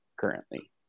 currently